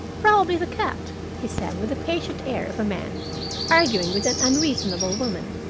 probably the cat, he said, with the patient air of a man arguing with an unreasonable woman.